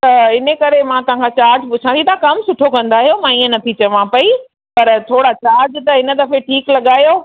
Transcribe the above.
त इनकरे मां तव्हां खां चार्ज पुछां थी तव्हां कमु सुठो कंदा आहियो मां इयं नथी चवां पेई पर थोरा चार्ज त हिन दफ़े ठीकु लॻायो